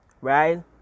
Right